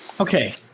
Okay